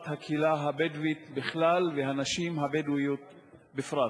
הקהילה הבדואית בכלל והנשים הבדואיות בפרט.